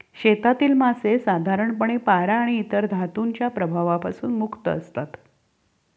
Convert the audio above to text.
शेतातील मासे साधारणपणे पारा आणि इतर धातूंच्या प्रभावापासून मुक्त असतात